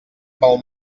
pel